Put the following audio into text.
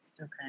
Okay